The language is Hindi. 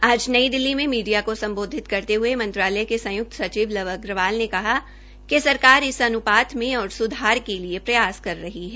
आज नई दिल्ली में मीडिया को सम्बोधित करते हये मंत्रालय के संय्क्त सचिव लव अग्रवाल ने कहा कि सरकार इस अन्पात में और स्धार के लिए प्रयास कर रही है